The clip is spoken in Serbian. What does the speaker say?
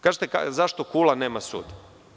Kažete, zašto Kula nema sud?